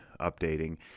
updating